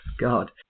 God